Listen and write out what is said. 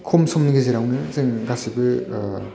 खम समनि गेजेरावनो जोङो गासैबो